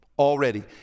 Already